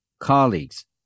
colleagues